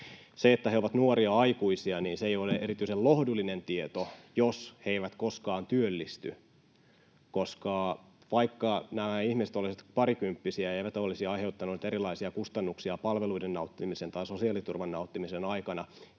maassa, ovat nuoria aikuisia, se ei ole erityisen lohdullinen tieto, jos he eivät koskaan työllisty. Vaikka nämä ihmiset olisivat parikymppisiä ja eivät olisi aiheuttaneet erilaisia kustannuksia palveluiden nauttimisen tai sosiaaliturvan nauttimisen aikana